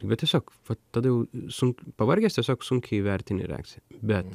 bet tiesiog vat tada jau sun pavargęs tiesiog sunkiai įvertini reakciją bet